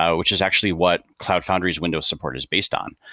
ah which is actually what cloud foundry's windows support is based on,